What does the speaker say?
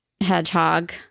hedgehog